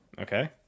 Okay